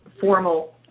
formal